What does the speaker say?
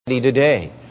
today